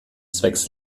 zwecks